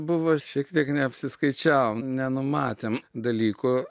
buvo šiek tiek neapsiskaičiavom nenumatėm dalykų